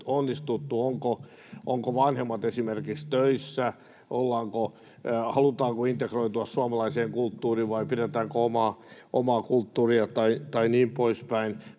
ovatko vanhemmat töissä, halutaanko integroitua suomalaiseen kulttuuriin vai pidetäänkö omaa kulttuuria, tai niin poispäin.